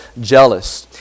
jealous